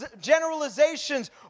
generalizations